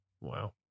Wow